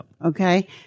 Okay